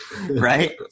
right